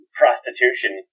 prostitution